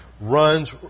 runs